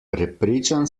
prepričan